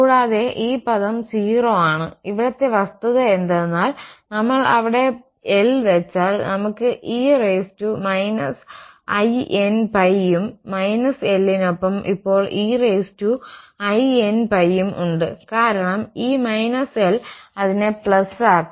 കൂടാതെ ഈ പദം 0 ആണ് ഇവിടത്തെ വസ്തുത എന്തെന്നാൽ നമ്മൾ അവിടെ l വെച്ചാൽ നമുക്ക് e−inπ ഉം -l നൊപ്പം ഇപ്പോൾ einπ ഉം ഉണ്ട് കാരണം ഈ l അതിനെ ആക്കും